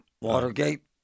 Watergate